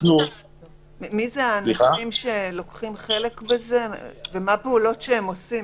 מי האנשים שלוקחים חלק בזה ומה הפעולות שהם עושים?